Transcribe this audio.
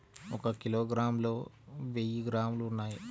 ఒక కిలోగ్రామ్ లో వెయ్యి గ్రాములు ఉన్నాయి